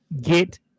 get